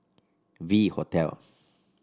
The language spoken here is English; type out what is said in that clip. V Hotel